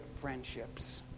friendships